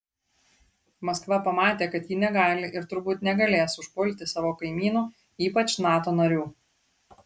maskva pamatė kad ji negali ir turbūt negalės užpulti savo kaimynų ypač nato narių